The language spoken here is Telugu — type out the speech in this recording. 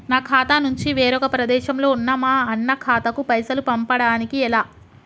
నా ఖాతా నుంచి వేరొక ప్రదేశంలో ఉన్న మా అన్న ఖాతాకు పైసలు పంపడానికి ఎలా?